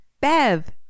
Bev